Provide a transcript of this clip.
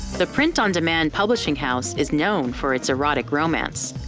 the print on demand publishing house is known for its erotic romance,